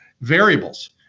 variables